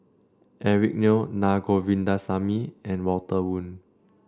Eric Neo Naa Govindasamy and Walter Woon